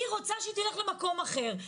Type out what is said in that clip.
היא רוצה שהיא תלך למקום אחר.